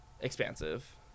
expansive